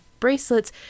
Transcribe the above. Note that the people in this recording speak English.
bracelets